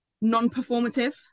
non-performative